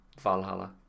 Valhalla